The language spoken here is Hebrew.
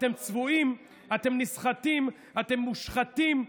אתם צבועים, אתם נסחטים, אתם מושחתים,